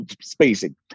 spacing